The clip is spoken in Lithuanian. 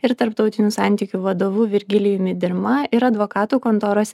ir tarptautinių santykių vadovu virgilijumi dirma ir advokatų kontoros